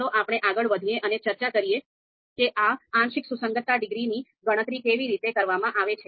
ચાલો આપણે આગળ વધીએ અને ચર્ચા કરીએ કે આ આંશિક સુસંગતતા ડિગ્રીઓની ગણતરી કેવી રીતે કરવામાં આવે છે